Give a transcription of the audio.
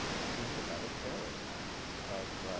seem to have a terror of